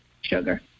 sugar